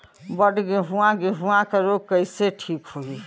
बड गेहूँवा गेहूँवा क रोग कईसे ठीक होई?